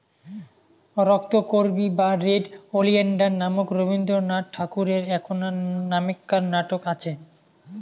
রক্তকরবী বা red oleander নামক রবীন্দ্রনাথ ঠাকুরের এ্যাকনা নামেক্কার নাটক আচে